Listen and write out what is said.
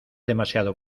demasiado